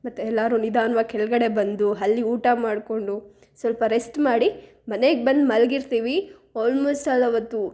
ಮತ್ತೆ ಎಲ್ಲರೂ ನಿಧಾನ್ವಾಗಿ ಕೆಳಗಡೆ ಬಂದು ಅಲ್ಲಿ ಊಟ ಮಾಡಿಕೊಂಡು ಸ್ವಲ್ಪ ರೆಸ್ಟ್ ಮಾಡಿ ಮನೆಗೆ ಬಂದು ಮಲಗಿರ್ತೀವಿ ಆಲ್ಮೋಸ್ಟ್ ಆಲ್ ಅವತ್ತು